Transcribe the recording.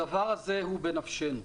הדבר הזה הוא בנפשנו.